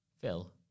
Phil